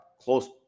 close